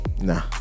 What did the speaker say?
nah